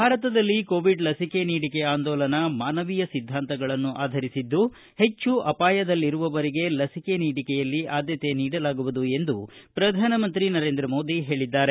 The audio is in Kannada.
ಭಾರತದಲ್ಲಿ ಕೊವಿಡ್ ಲಸಿಕೆ ನೀಡಿಕೆ ಅಂದೋಲನ ಮಾನವೀಯ ಸಿದ್ದಾಂತಗಳನ್ನು ಆಧರಿಸಿದ್ದು ಹೆಚ್ಚು ಅಪಾಯದಲ್ಲಿರುವವರಿಗೆ ಲಸಿಕೆ ನೀಡಿಕೆಯಲ್ಲಿ ಆದ್ದತೆ ನೀಡಲಾಗುವುದು ಎಂದು ಪ್ರಧಾನಮಂತ್ರಿ ನರೇಂದ್ರಮೋದಿ ಹೇಳಿದ್ದಾರೆ